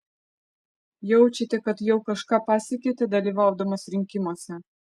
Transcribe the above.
jaučiate kad jau kažką pasiekėte dalyvaudamas rinkimuose